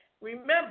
Remember